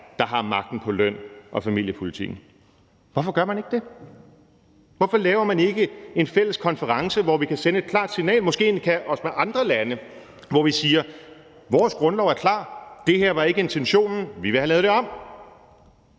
der har magten på løn- og familiepolitikken. Hvorfor gør man ikke det? Hvorfor laver man ikke en fælles konference, hvor vi kan sende et klart signal, måske endda også med andre lande, hvor vi siger: Vores grundlov er klar; det her var ikke intentionen, vi vil have lavet det om?